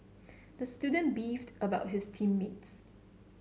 the student beefed about his team mates